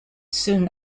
soon